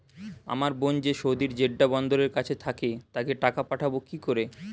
আমার বোন যে সৌদির জেড্ডা বন্দরের কাছে থাকে তাকে টাকা পাঠাবো কি করে?